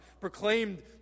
proclaimed